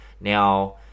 Now